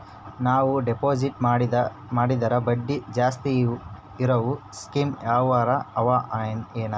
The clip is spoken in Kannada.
ನಾವು ಡೆಪಾಜಿಟ್ ಮಾಡಿದರ ಬಡ್ಡಿ ಜಾಸ್ತಿ ಇರವು ಸ್ಕೀಮ ಯಾವಾರ ಅವ ಏನ?